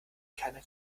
keiner